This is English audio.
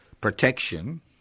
protection